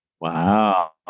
Wow